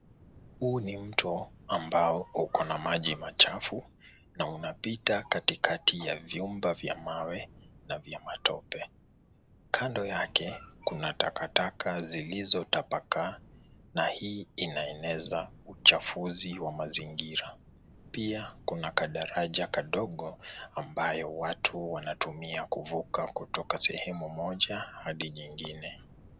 Huu ni mto ambao uko na maji machafu na unapita katikati ya vyumba vya mawe na vya matope. Kando yake kuna takataka zilizotapakaa na hii inaeneza uchafuzi wa mazingira. Pia kuna kadaraja kadogo ambayo watu wanatumia kuvuka kutoka sehemu moja hadi nyingine.